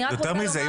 יותר מזה.